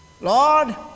Lord